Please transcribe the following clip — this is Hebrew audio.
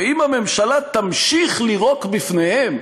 "ואם הממשלה תמשיך לירוק בפניהם"